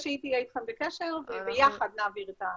שהיא תהיה איתכם בקשר וביחד נעביר את המסמך.